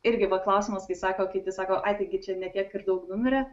irgi va klausimas kai sako kiti sako a taigi čia ne tiek ir daug numirė